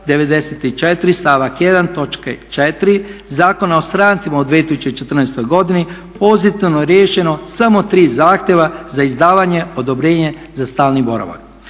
4. Zakona o strancima u 2014.godini pozitivno riješeno samo tri zahtjeva za izdavanje odobrenja za stalni boravak.